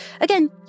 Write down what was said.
Again